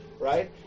right